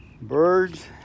birds